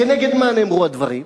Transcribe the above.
כנגד מה נאמרו הדברים?